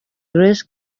grace